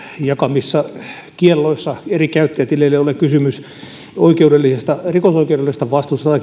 jakamissa kielloissa eri käyttäjätileille ole kysymys rikosoikeudellisesta vastuusta